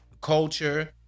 culture